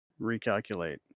recalculate